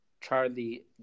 Charlie